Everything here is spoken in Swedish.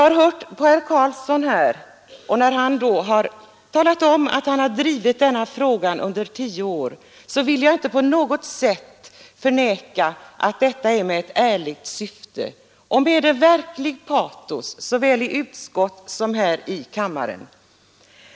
Herr Carlsson i Vikmanshyttan har talat om att han drivit denna fråga i tio år, och jag vill inte på något sätt förneka att detta skett i ett ärligt syfte och med ett verkligt patos såväl i utskottet som i kammaren.